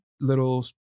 little